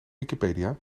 wikipedia